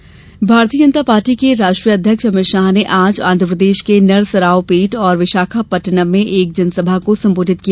Shah Rahul Bharatiya Janata party के राष्ट्रीय अध्यक्ष अमित शाह ने आज आंध्रप्रदेश के नरस्रावपेट और विशाखापत्तनम में एक जनसभा को संबोधित किया